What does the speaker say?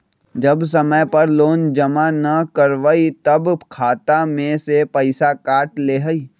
जब समय पर लोन जमा न करवई तब खाता में से पईसा काट लेहई?